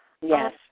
Yes